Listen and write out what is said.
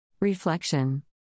Reflection